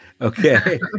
Okay